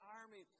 army